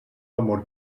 amor